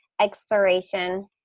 exploration